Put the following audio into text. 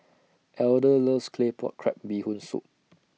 Elder loves Claypot Crab Bee Hoon Soup